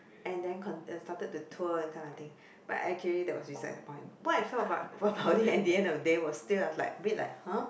and then cont~ and started to tour that kind of thing but actually that was besides the point what I felt about it at the end of the day was feel was like a bit like !huh!